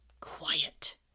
quiet